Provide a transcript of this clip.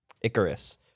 Icarus